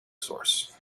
source